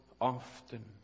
often